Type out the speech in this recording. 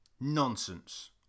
Nonsense